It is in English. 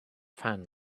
fan